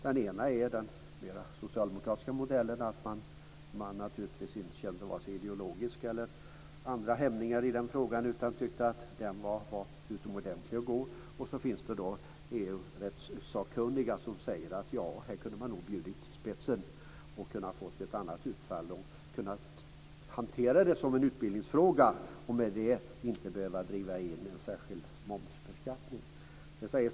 Den ena är den mer socialdemokratiska modellen, att man naturligtvis inte kände vare sig ideologiska eller andra hämningar i den frågan utan tyckte att tanken var utomordentlig och god. Däremot finns det EU-rättssakkunniga som säger att man här nog kunde bjudit spetsen och fått ett annat utfall. Man hade kunnat hantera det som en utbildningsfråga och därmed inte behövt driva in en särskild moms.